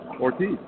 Ortiz